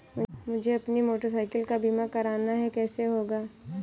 मुझे अपनी motorcycle का बीमा करना है कैसे होगा?